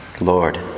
Lord